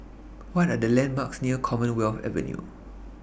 What Are The landmarks near Commonwealth Avenue